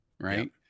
Right